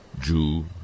Jew